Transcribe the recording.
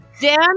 Dan